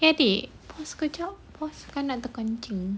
eh adik pause sekejap pause saya nak kencing